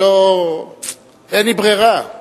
ואין לי ברירה.